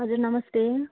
हजुर नमस्ते